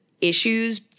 issues